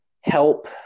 help